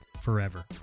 forever